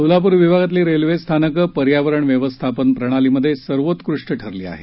सोलापूर विभागातली रेल्वे स्थानक पर्यावरण व्यवस्थापन प्रणालीत सर्वोत्कृष्ट ठरली आहेत